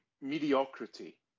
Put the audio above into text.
mediocrity